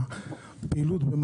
הפעילות על